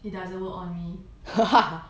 it doesn't work on me